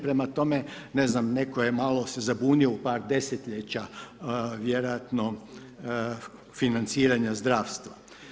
Prema tome, ne znam, netko je malo se zabunio u par desetljeća vjerojatno financiranja zdravstva.